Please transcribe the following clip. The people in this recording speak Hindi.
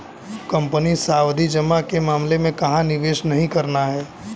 कंपनी सावधि जमा के मामले में कहाँ निवेश नहीं करना है?